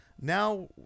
now